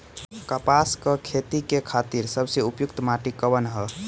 कपास क खेती के खातिर सबसे उपयुक्त माटी कवन ह?